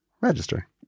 Register